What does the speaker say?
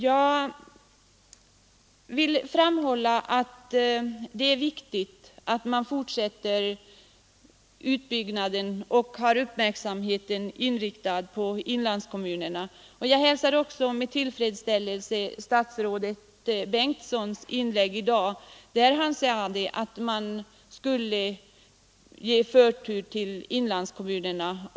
Jag vill framhålla att det är viktigt att man fortsätter utbyggnaden av och har uppmärksamheten inriktad på inlandskommunerna. Jag hälsar också med tillfredsställelse statsrådet Bengtssons inlägg i dag, där statsrådet sade att man skall ge förtur till inlandskommunerna.